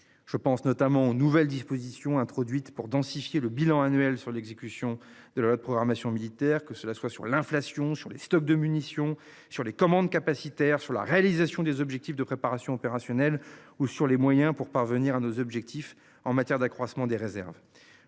Je pense notamment aux nouvelles dispositions introduites pour densifier le bilan annuel sur l'exécution de la loi de programmation militaire, que cela soit sur l'inflation sur les stocks de munitions sur les commandes capacitaire sur la réalisation des objectifs de préparation opérationnelle ou sur les moyens pour parvenir à nos objectifs en matière d'accroissement des réserves.